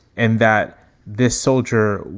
and that this soldier,